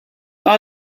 are